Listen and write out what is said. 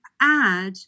add